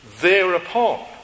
thereupon